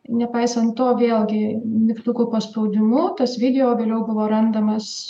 nepaisant to vėlgi mygtukų paspaudimu tas video vėliau buvo randamas